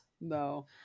no